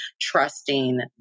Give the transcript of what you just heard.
trusting